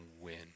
win